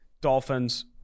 Dolphins